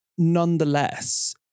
nonetheless